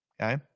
okay